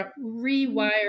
rewire